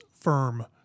firm